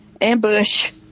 Ambush